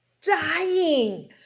dying